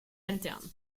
alternes